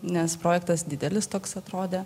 nes projektas didelis toks atrodė